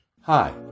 Hi